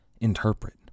interpret